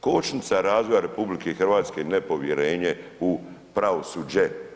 Kočnica razvoja RH i nepovjerenje u pravosuđe.